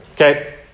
Okay